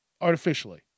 Artificially